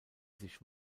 sich